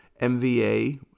MVA